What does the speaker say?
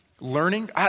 learning